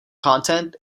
content